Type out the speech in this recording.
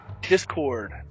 Discord